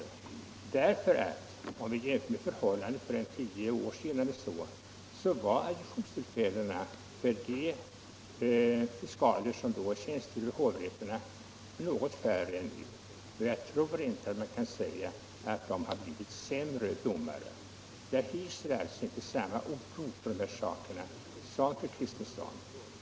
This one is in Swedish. Om vi jämför med förhållandena för tio år sedan eller så, finner vi att adjungeringstillfällena för de fiskaler som då tjänstgjorde i hovrätt var något färre än nu, och jag tror inte man kan säga att dessa fiskaler blev sämre domare. Jag hyser alltså inte samma oro för de här sakerna som fru Kristensson.